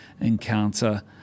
encounter